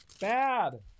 bad